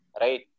right